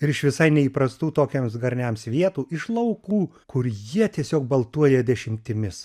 ir iš visai neįprastų tokiems gaminiams vietų iš laukų kur jie tiesiog baltuoja dešimtimis